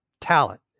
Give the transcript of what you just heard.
talent